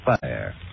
fire